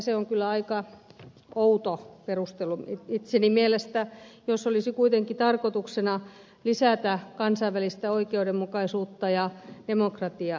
se on kyllä aika outo perustelu mielestäni jos olisi kuitenkin tarkoituksena lisätä kansainvälistä oikeudenmukaisuutta ja demokratiaa